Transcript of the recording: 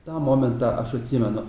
tą momentą aš atsimenu